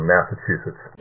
Massachusetts